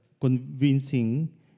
convincing